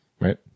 Right